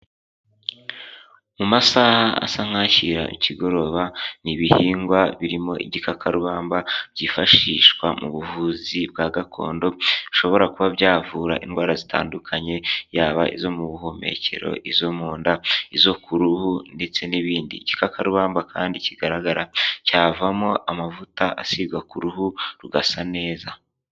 Mu masaha asa nk'ashyira ikigoroba, ni ibihingwa birimo igikakarubamba, byifashishwa mu buvuzi bwa gakondo, bishobora kuba byavura indwara zitandukanye, yaba izo mu buhumekero, izo mu nda, izo ku ruhu, ndetse n'ibindi. Igikakarubamba kandi kigaragara, cyavamo amavuta asigwa ku ruhu, rugasa neza.